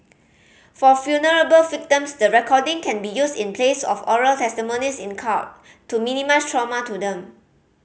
for victims the recording can be used in place of oral testimonies in court to minimise trauma to them